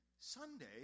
Sunday